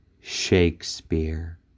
Shakespeare